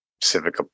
Civic